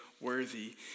worthy